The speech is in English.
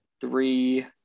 three